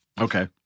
Okay